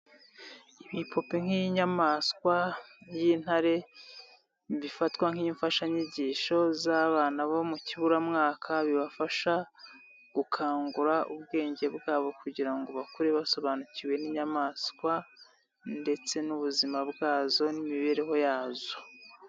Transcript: Ibipupe nk'inyamaswa y'intare, bifatwa nk'imfashanyigisho z'abana bo mu kiburamwaka bibafasha gukangura ubwenge bwabo kugira ngo bakure basobanukiwe n'inyamaswa ndetse n'ubuzima bwazo n'imibereho yazo.